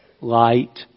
light